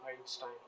Einstein